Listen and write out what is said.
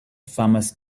famas